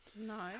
No